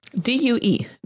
D-U-E